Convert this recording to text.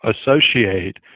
associate